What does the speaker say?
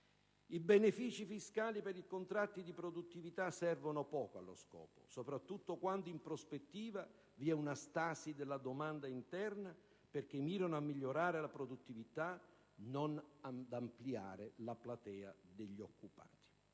I benefici fiscali per i contratti di produttività servono poco allo scopo, soprattutto quando in prospettiva vi è una stasi della domanda interna, perché mirano a migliorare la produttività, non ad ampliare la platea degli occupati.